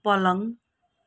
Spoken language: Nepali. पलङ